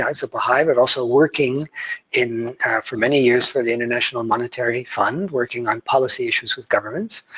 as a baha'i, but also working in for many years for the international monetary fund, working on policy issues with governments,